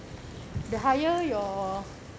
the higher your